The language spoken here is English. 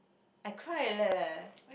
I cried leh